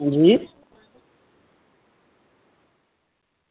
अंजी